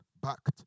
backed